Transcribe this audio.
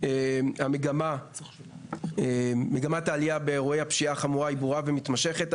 מגמת העלייה באירועי הפשיעה היא חמורה ומתמשכת.